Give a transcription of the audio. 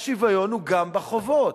השוויון הוא גם בחובות.